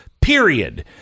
period